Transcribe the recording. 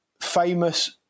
famous